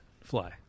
Fly